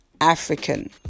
African